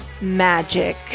magic